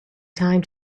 time